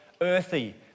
earthy